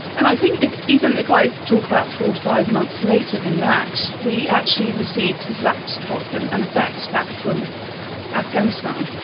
and i think even if i talk about four or five months later than that we actually received his laptop and and affects back from afghanistan,